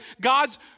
God's